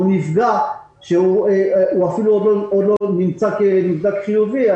והוא אפילו עוד לא נמצא כנבדק חיובי.